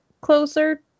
closer